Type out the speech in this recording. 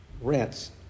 rents